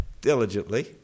diligently